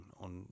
on